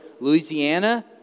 Louisiana